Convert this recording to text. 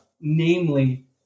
namely